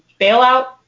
bailout